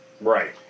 Right